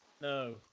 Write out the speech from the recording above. no